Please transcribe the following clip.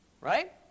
right